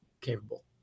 capable